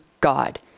God